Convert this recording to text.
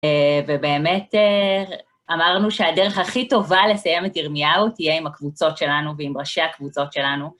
ובאמת אמרנו שהדרך הכי טובה לסיים את ירמיהו תהיה עם הקבוצות שלנו ועם ראשי הקבוצות שלנו.